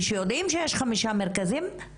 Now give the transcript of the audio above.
כשיודעים שיש חמישה מרכזים שעתידים להיפתח,